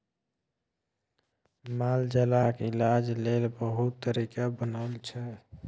मालजालक इलाज लेल बहुत तरीका बनल छै